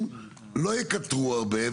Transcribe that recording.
לא יקטרו הרבה,